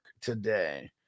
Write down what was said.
today